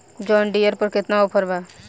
John Deere पर केतना offer बा?